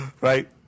Right